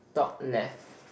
top left